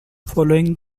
following